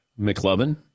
McLovin